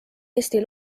eesti